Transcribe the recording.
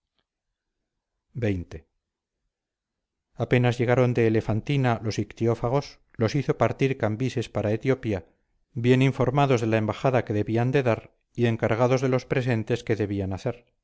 xx apenas llegaron de elefantina los ictiófagos los hizo partir cambises para etiopía bien informados de la embajada que debían de dar y encargados de los presentes que debían hacer